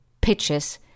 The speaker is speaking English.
pitches